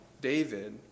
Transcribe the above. David